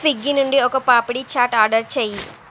Swiggy నుండి ఒక papdi chaat order చేయి